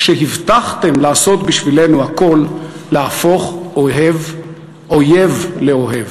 כשהבטחתם לעשות בשבילנו הכול להפוך אויב לאוהב".